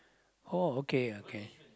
oh okay okay